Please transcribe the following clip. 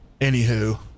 Anywho